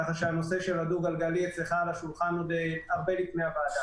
ככה שהנושא של הדו-גלגלי נמצא אצלך על השולחן עוד הרבה לפני הוועדה.